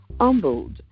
humbled